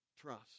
trust